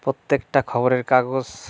প্রত্যেকটা খবরের কাগজ